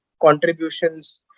contributions